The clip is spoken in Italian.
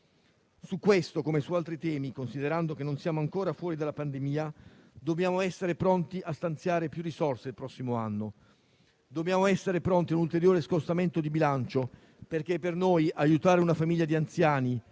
Su questo, come su altri temi, considerando che non siamo ancora fuori dalla pandemia, dobbiamo essere pronti a stanziare più risorse il prossimo anno. Dobbiamo essere pronti a un ulteriore scostamento di bilancio, perché per noi aiutare una famiglia di anziani,